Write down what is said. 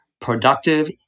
productive